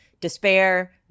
despair